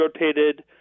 rotated